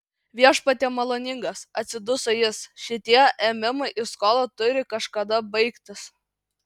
viešpatie maloningas atsiduso jis šitie ėmimai į skolą turi kažkada baigtis